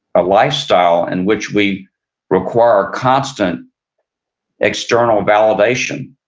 a lifestyle, in which we require constant external validation.